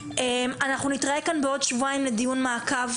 אנחנו נתראה כאן בעוד שבועיים לדיון מעקב.